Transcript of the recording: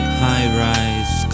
high-rise